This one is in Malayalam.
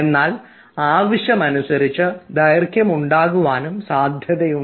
എന്നാൽ ആവശ്യമനുസരിച്ച് ദൈർഘ്യം ഉണ്ടാകുവാനും സാധ്യതയുണ്ട്